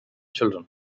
children